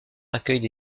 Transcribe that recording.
accueille